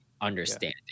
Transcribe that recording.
understanding